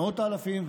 מאות האלפים,